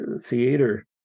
theater